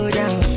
down